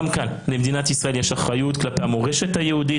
גם כאן למדינת ישראל יש אחריות כלפי המורשת היהודית,